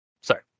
Sorry